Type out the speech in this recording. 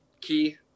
key